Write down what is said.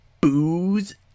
booze